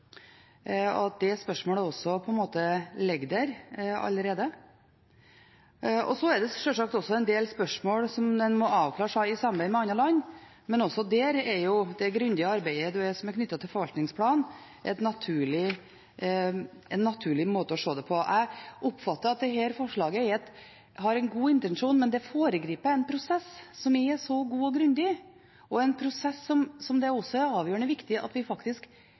og at det spørsmålet ligger der allerede. Det er sjølsagt også en del spørsmål som en må avklare i samarbeid med andre land, men også der er det grundige arbeidet som er knyttet til forvaltningsplanen, en naturlig måte å se det på. Jeg oppfatter at dette forslaget har en god intensjon, men det foregriper en prosess som er god og grundig, og som det er avgjørende viktig at vi